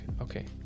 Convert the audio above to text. Okay